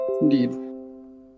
Indeed